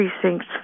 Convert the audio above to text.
precincts